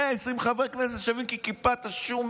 120 חברי כנסת שווים כקליפת השום.